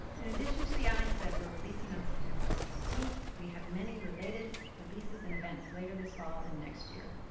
in addition to the items that we're releasing on september sixteenth, we have many related releases and events later this fall and next year.